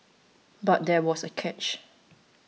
but there was a catch